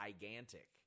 gigantic